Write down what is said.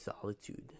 solitude